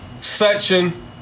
section